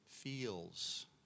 feels